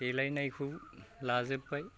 देलायनायखौ लाजोबबाय